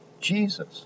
Jesus